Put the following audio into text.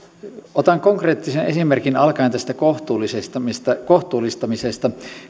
otan konkreettisen esimerkin alkaen tästä kohtuullistamisesta kohtuullistamisesta